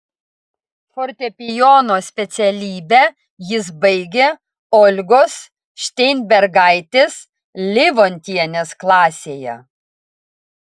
fortepijono specialybę jis baigė olgos šteinbergaitės livontienės klasėje